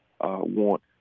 want